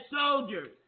soldiers